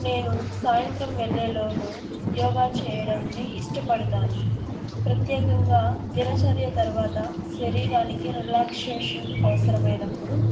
నేను సాయంత్రం వేళల్లోనూ యోగా చెయ్యడాన్ని ఇష్టపడతాను ప్రత్యేకంగా దినచర్య తరువాత శరీరానికి రిలాక్స్సేషన్ అవసరమైనప్పుడు